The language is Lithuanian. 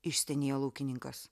išstenėjo laukininkas